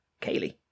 Kaylee